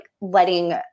letting